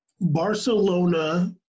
Barcelona